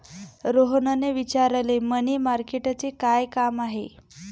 रोहनने विचारले, मनी मार्केटचे काय काम आहे?